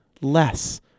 less